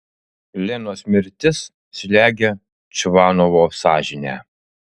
lenos mirtis slegia čvanovo sąžinę